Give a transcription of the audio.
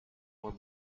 will